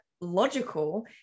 logical